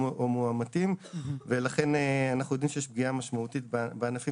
אנחנו עובדים באופן ספציפי עם הענפים